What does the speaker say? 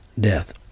death